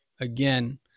again